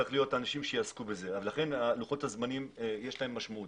צריכים להיות אנשים שיעסקו בזה ולכן ללוחות הזמנים יש משמעות.